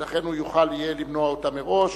ולכן הוא יוכל למנוע אותה מראש.